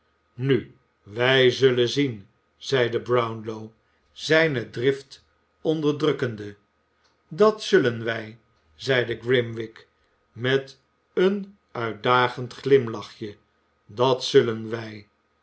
nu wij zullen zien zeide brownlow zijne drift onderdrukkende dat zullen wij zeide grimwig met een uitdagend glimlachje dat zullen wij